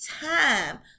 time